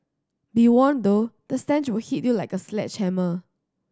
be warned though the stench will hit you like a sledgehammer